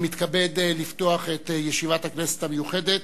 אני מתכבד לפתוח את ישיבת הכנסת המיוחדת,